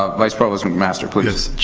ah vice provost mcmaster, please. yes,